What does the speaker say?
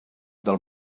del